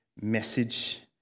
message